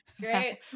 Great